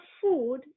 food